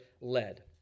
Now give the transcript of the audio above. led